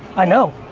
i know,